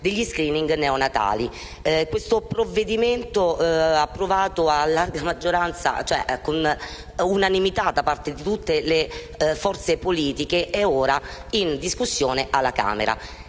degli *screening* neonatali. Questo provvedimento, approvato a larga maggioranza, anzi all'unanimità, da parte di tutte le forze politiche, è ora in discussione alla Camera.